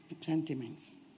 sentiments